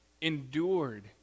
endured